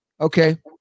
Okay